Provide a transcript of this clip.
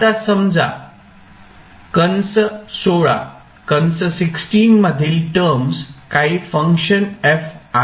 आता समजा कंस मधील टर्मस् काही फंक्शन f आहे